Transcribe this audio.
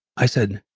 i said,